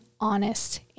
honest